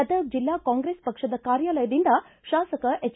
ಗದಗ ಜಿಲ್ಲಾ ಕಾಂಗ್ರೆಸ್ ಪಕ್ಷದ ಕಾರ್ಯಾಲಯದಿಂದ ಶಾಸಕ ಎಚ್